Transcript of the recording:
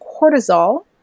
cortisol